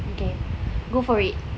okay go for it